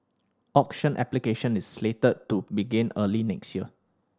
auction application is slated to begin early next year